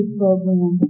program